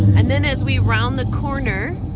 and then as we round the corner,